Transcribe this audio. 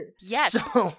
Yes